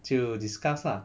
就 discuss lah